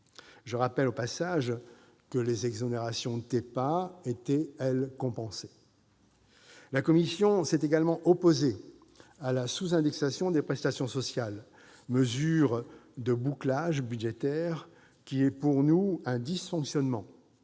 Je rappelle au passage que les exonérations de TEPA étaient compensées. La commission s'est également opposée à la sous-indexation des prestations sociales, mesure de bouclage budgétaire, qui est pour nous un dysfonctionnement.